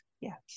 yes